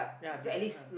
ya didn't lah